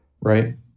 Right